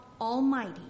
Almighty